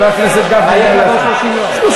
ומה יהיה כעבור 30 יום, אדוני סגן השר?